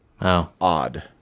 odd